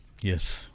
Yes